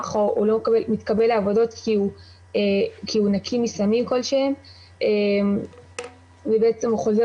או הוא לא מתקבל לעבודות כי הוא נקי מסמים כלשהם ובעצם הוא חוזר